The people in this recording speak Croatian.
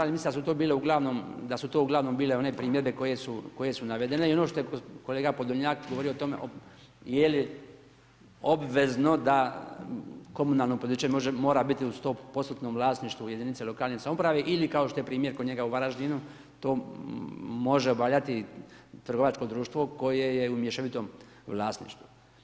Mislim da su to bile uglavnom, da su to uglavnom bile one primjedbe koje su navedene i ono što je kolega Podolnjak govorio o tome je li obvezno da komunalno poduzeće mora biti u sto postotnom vlasništvu jedinice lokalne samouprave ili kao što je primjer kod njega u Varaždinu to može obavljati trgovačko društvo koje je u mješovitom vlasništvu.